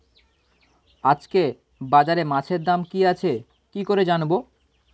আজকে বাজারে মাছের দাম কি আছে কি করে জানবো?